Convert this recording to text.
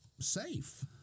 safe